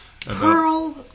Pearl